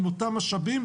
עם אותם משאבים.